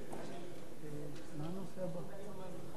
שמונה בעד,